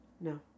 No